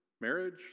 marriage